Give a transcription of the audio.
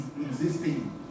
existing